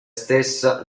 stessa